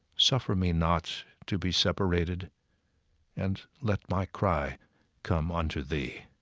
suffer me not to be separated and let my cry come unto thee